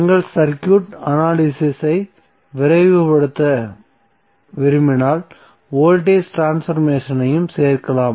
எங்கள் circuit analysis ஐ விரைவுபடுத்த விரும்பினால் வோல்டேஜ் ட்ரான்ஸ்பர்மேசனையும் சேர்க்கலாம்